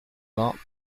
vingts